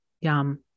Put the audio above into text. Yum